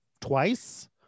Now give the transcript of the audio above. twice